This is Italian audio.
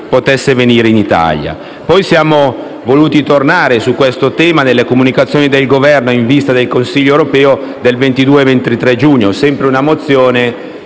potesse venire in Italia. Poi siamo voluti tornare su questo tema nelle comunicazioni del Governo in vista del Consiglio europeo del 22 e 23 giugno. Sempre con una mozione,